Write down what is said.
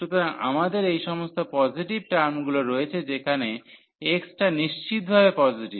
সুতরাং আমাদের এই সমস্ত পজিটিভ টার্মগুলো রয়েছে যেখানে x টা নিশ্চিতভাবে পজিটিভ